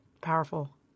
powerful